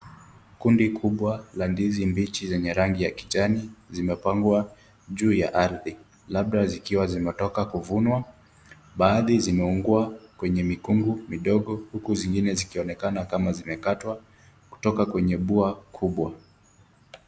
Kundi kubwa la ndizi mpiji ya rangi ya kijani zimepangwa juu ya arthi labda zikiwa zimetoka kufunwa baadhi zimeungwa kwenye mikungu midogo uku zingine zikionekana kama zimekatwa kutoka kwenye puo kubwa.